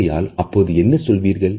ஆகையால் அப்போது என்ன சொல்வீர்கள்